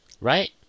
right